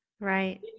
Right